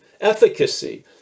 efficacy